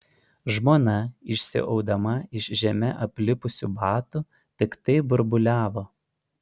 žmona išsiaudama iš žeme aplipusių batų piktai burbuliavo